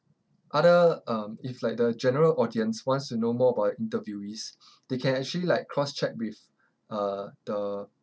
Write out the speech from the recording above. other um if like the general audience wants to know more about the interviewees they can actually like cross check with uh the